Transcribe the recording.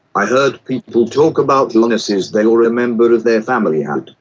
i heard people talk about illnesses they or a member of their family had.